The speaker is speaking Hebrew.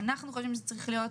אנחנו חושבים שזה צריך להיות